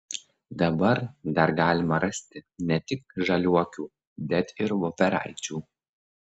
dabar dar galima rasti ne tik žaliuokių bet ir voveraičių